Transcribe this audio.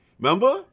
Remember